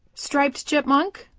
striped chipmunk,